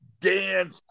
Dan